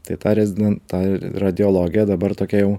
tai ta reziden ta radiologija dabar tokia jau